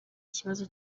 kibazo